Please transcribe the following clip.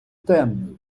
темний